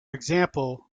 example